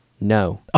No